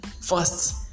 First